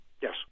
Yes